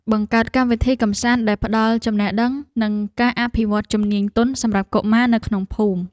បង្កើតកម្មវិធីកម្សាន្តដែលផ្តល់ចំណេះដឹងនិងការអភិវឌ្ឍជំនាញទន់សម្រាប់កុមារនៅក្នុងភូមិ។